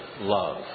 love